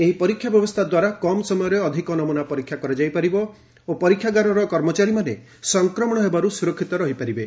ଏହି ପରୀକ୍ଷା ବ୍ୟବସ୍ଥାଦ୍ୱାରା କମ୍ ସମୟରେ ଅଧିକ ନମୁନା ପରୀକ୍ଷା କରାଯାଇପାରିବ ଓ ପରୀକ୍ଷାଗାରର କର୍ମଚାରୀମାନେ ସଂକ୍ରମଣ ହେବାରୁ ସୁରକ୍ଷିତ ରହିପାରିବେ